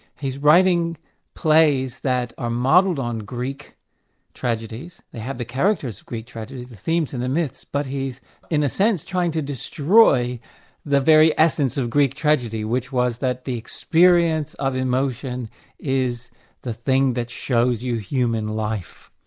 he's writing plays that are modelled on greek tragedies they have the characters of greek tragedies, the themes and the myths, but he's in a sense trying to destroy destroy the very essence of greek tragedy, which was that the experience of emotion is the thing that shows you human life.